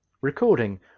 recording